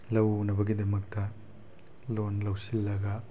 ꯂꯧ ꯎꯅꯕꯒꯤꯗꯃꯛꯇ ꯂꯣꯟ ꯂꯧꯁꯤꯜꯂꯒ